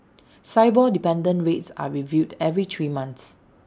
Sibor dependent rates are reviewed every three months